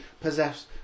possess